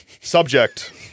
Subject